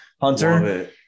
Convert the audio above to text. Hunter